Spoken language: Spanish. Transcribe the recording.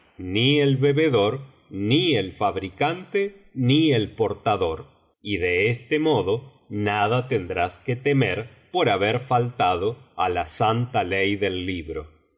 ni el bebedor ni el fabricante ni el portador y de este modo nada tendrás que temer por haber faltado á la santa ley del libro